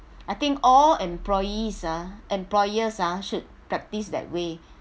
I think all employees ah employers ah should practice that way